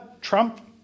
Trump